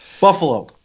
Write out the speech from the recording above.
Buffalo